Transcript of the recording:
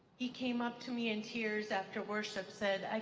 he came up to me in tears after worship, said,